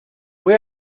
voy